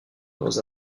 dans